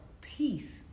peace